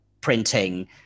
printing